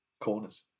corners